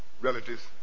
relatives